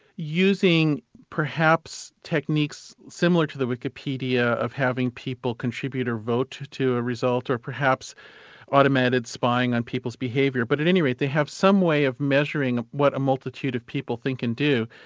using perhaps techniques similar to the wikipedia of having people contribute a vote to a result or perhaps automated spying on people's behaviour. but at any rate, they have some way of measuring what a multitude of people think and do,